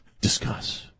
Discuss